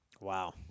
Wow